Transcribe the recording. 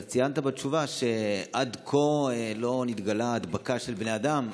ציינת בתשובה שעד כה לא נתגלתה הדבקה של בני אדם.